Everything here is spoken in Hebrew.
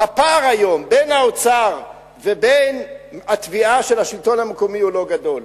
היום הפער בין האוצר ובין התביעה של השלטון המקומי הוא לא גדול.